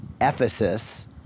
Ephesus